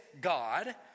God